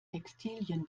textilien